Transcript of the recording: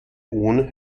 ohne